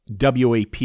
WAP